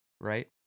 right